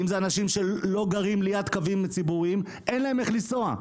אם זה אנשים שלא גרים ליד קווים ציבוריים אין להם איך לנסוע.